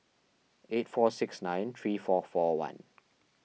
eight four six nine three four four one